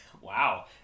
Wow